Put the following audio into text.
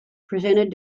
presented